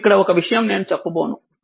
ఇప్పుడు ఇక్కడ ఒక విషయం నేను చెప్పబోను